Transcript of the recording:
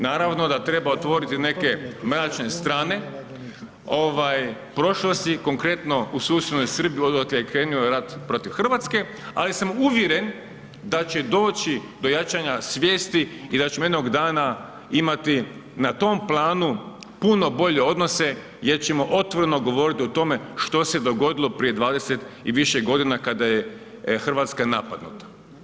Naravno da treba otvoriti neke mračne strane prošlosti, konkretno, u susjednom Srbiji, odakle je krenuo rat protiv Hrvatske, ali sam uvjeren, da će doći do jačanja svjesni i da ćemo jednog dana imati na tom planu puno bolje odnose jer ćemo otvoreno govoriti o tome, što se je dogodilo prije 20 i više godina, kada je Hrvatska napadnuta.